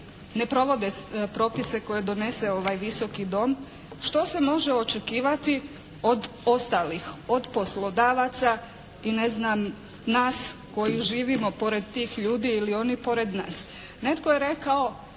ne provode propise koje donese ovaj Visoki dom što se može očekivati od ostalih? Od poslodavaca i ne znam, nas koji živimo pored tih ljudi ili oni pored nas. Netko je rekao: